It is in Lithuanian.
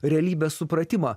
realybės supratimą